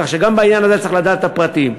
כך שגם בעניין הזה צריך לדעת את הפרטים.